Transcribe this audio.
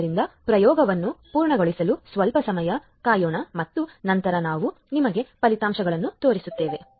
ಆದ್ದರಿಂದ ಪ್ರಯೋಗವನ್ನು ಪೂರ್ಣಗೊಳಿಸಲು ಸ್ವಲ್ಪ ಸಮಯ ಕಾಯೋಣ ಮತ್ತು ನಂತರ ನಾವು ನಿಮಗೆ ಫಲಿತಾಂಶಗಳನ್ನು ತೋರಿಸುತ್ತೇವೆ